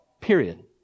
period